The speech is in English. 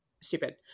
stupid